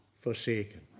forsaken